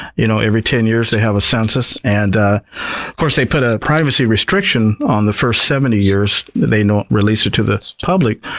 you know every ten years they have a census. and of course, they put a privacy restriction on the first seventy years. they don't release it to the public.